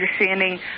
understanding